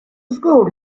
żgur